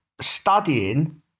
studying